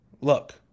look